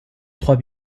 trois